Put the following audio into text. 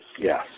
Yes